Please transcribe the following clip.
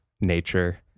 nature